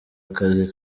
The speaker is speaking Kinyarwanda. akazi